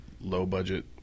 low-budget